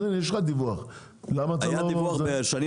אז הנה יש לך דיווח --- היה דיווח בשנים